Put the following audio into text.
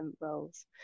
roles